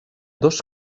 dos